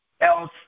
else